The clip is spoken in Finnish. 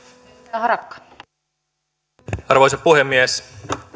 arvoisa puhemies